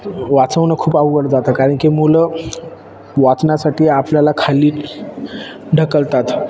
वाचवणं खूप अवघड जातं कारण की मुलं वाचण्यासाठी आपल्याला खाली ढकलतात